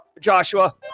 Joshua